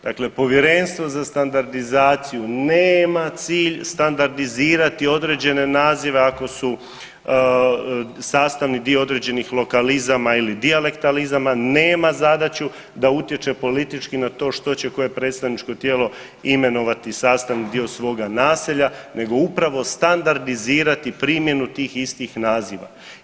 Dakle, Povjerenstvo za standardizaciju nema cilj standardizirati određene nazive ako su sastavni dio određenih lokalizama ili dijalektalizama, nema zadaću da utječe politički na to što će koje predstavničko tijelo imenovati sastavni dio svoga naselja nego standardizirati primjenu tih istih naziva.